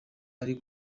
ari